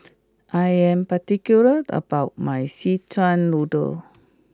I am particular about my Szechuan Noodle